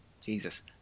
Jesus